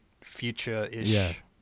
future-ish